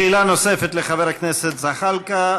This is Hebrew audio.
שאלה נוספת לחבר הכנסת זחאלקה,